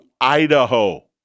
Idaho